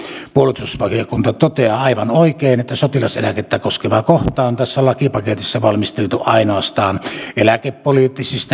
puolustusvaliokunta toteaa aivan oikein että sotilaseläkettä koskeva kohta on tässä lakipaketissa valmisteltu ainoastaan eläkepoliittisista näkökohdista käsin